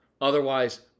Otherwise